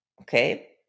okay